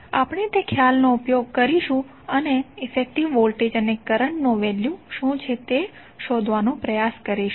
આપણે તે ખ્યાલનો ઉપયોગ કરીશું અને ઇફેકટીવ વોલ્ટેજ અને કરંટનું વેલ્યુ શું છે તે શોધવાનો પ્રયાસ કરીશું